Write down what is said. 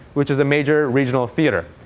which is a major regional theater.